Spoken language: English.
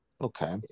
Okay